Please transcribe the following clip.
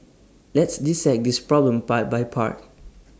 let's dissect this problem part by part